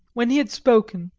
when he had spoken,